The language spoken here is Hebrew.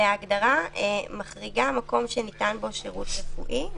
וההגדרה מחריגה מקום שניתן בו שירות רפואי.